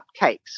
cupcakes